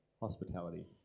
hospitality